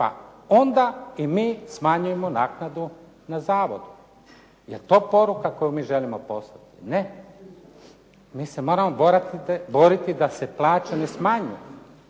pa onda i mi smanjujemo naknadu na zavodu. Jel to poruka koju mi želimo poslati? Ne. Mi se morao boriti da se plaće ne smanjuju,